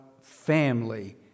family